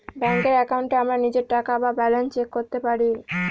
ব্যাঙ্কের একাউন্টে আমরা নিজের টাকা বা ব্যালান্স চেক করতে পারি